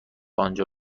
آنجا